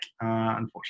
unfortunately